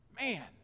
Man